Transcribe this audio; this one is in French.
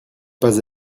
pas